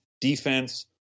defense